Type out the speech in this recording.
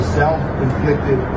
self-inflicted